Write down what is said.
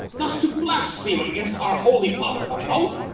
thus to blaspheme against our holy father the pope?